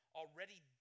already